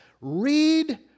Read